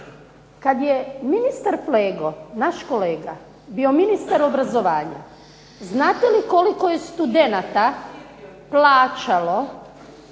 Kad je ministar Flego, naš kolega, bio ministar obrazovanje znate li koliko je studenata plaćalo